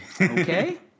Okay